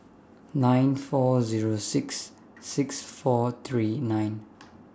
nine four Zero six six four three nine